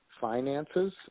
finances